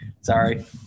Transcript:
sorry